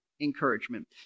encouragement